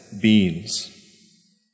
beings